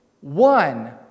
one